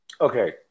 Okay